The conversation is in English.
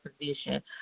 position